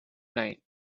night